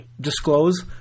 disclose